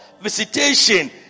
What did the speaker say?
visitation